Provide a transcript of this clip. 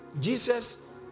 jesus